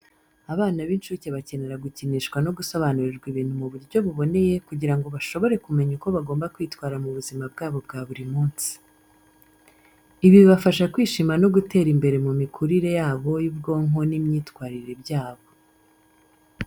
Abana b'incuke bakenera gukinishwa no gusobanurirwa ibintu mu buryo buboneye kugira ngo bashobore kumenya uko bagomba kwitwara mu buzima bwabo bwa buri munsi. Ibi bibafasha kwishima no gutera imbere mu mikurire yabo y'ubwonko n'imyitwarire byabo.